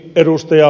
juurikkalalle